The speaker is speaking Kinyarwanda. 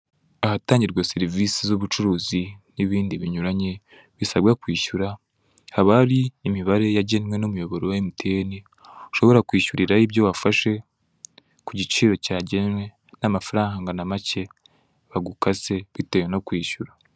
Ahatangirwa serivisi z'ubucuruzi n'ibindi binyuranye bisabwa kwishyura, haba hari imibare yagenwe n'umuyoboro wa emutiyeni ushobora kwishyuriraho ibyo wafashe ku giciro cyagenwe nta mafaranga na make bagukase bitewe no kwishyura.